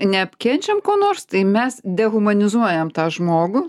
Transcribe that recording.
neapkenčiam ko nors tai mes dehumanizuojam tą žmogų